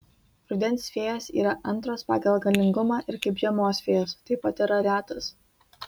rudens fėjos yra antros pagal galingumą ir kaip žiemos fėjos taip pat yra retos